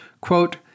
Quote